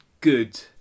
good